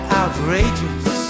outrageous